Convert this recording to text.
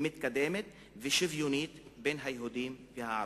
מתקדמת ושוויונית בין היהודים לערבים.